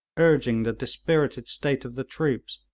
urging the dispirited state of the troops,